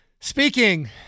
Speaking